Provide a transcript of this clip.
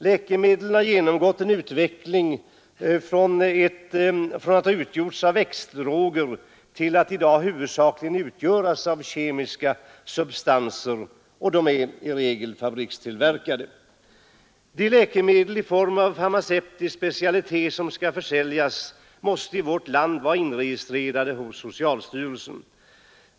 Läkemedlen har genomgått en 137 utveckling från att ha utgjorts av växtdroger till att i dag huvudsakligen utgöras av kemiska substanser, och de är i regel fabrikstillverkade. De läkemedel i form av farmaceutisk specialitet som skall försäljas måste i vårt land vara inregistrerade hos socialstyrelsen.